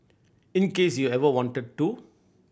in case you ever wanted to